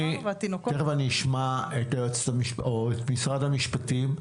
תכף אני אשמע את משרד המשפטים ,